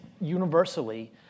universally